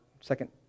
Second